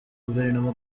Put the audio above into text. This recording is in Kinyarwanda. guverinoma